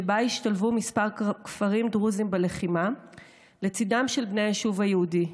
שבה השתלבו כמה כפרים דרוזיים בלחימה לצידם של בני היישוב היהודי.